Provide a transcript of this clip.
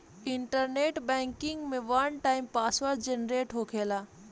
internet banking में one time password generate होखेला